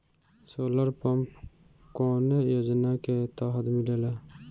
Solar pump कौने योजना के तहत मिलेला?